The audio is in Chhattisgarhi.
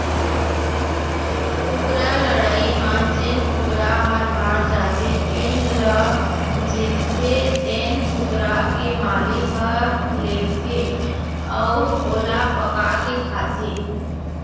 कुकरा लड़ई म जेन कुकरा ह हार जाथे तेन ल जीतथे तेन कुकरा के मालिक ह लेगथे अउ ओला पकाके खाथे